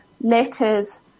letters